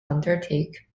undertake